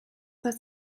was